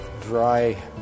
dry